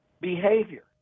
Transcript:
behavior